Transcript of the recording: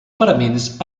paraments